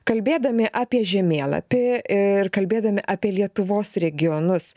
kalbėdami apie žemėlapį ir kalbėdami apie lietuvos regionus